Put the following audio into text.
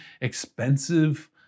expensive